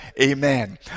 amen